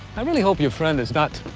i really hope you friend is not,